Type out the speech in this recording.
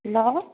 hello